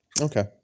Okay